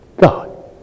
God